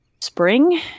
spring